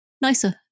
nicer